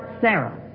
Sarah